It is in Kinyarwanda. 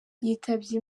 yitabye